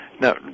Now